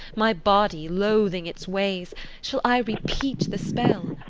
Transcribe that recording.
my body, loathing its ways shall i repeat the spell?